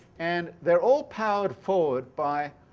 and they're all powered forward by